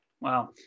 Wow